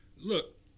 Look